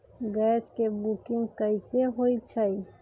Gas के booking कैसे होईछई?